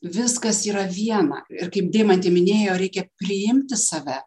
viskas yra viena ir kaip deimantė minėjo reikia priimti save